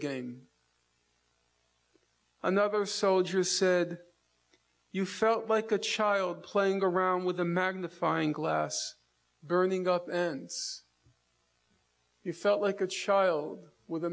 game another soldier said you felt like a child playing around with a magnifying glass burning up ants you felt like a child with a